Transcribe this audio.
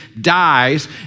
dies